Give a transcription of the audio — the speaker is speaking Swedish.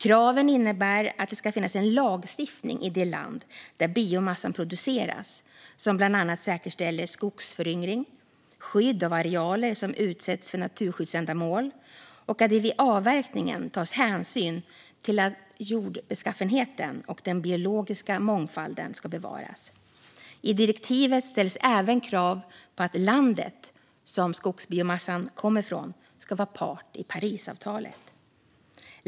Kraven innebär att det ska finnas en lagstiftning i det land där biomassan produceras som bland annat säkerställer skogsföryngring och skydd av arealer som utsetts för naturskyddsändamål och att det vid avverkningen tas hänsyn till att jordbeskaffenheten och den biologiska mångfalden ska bevaras. I direktivet ställs även krav på att landet som skogsbiomassan kommer från ska vara part i Parisavtalet.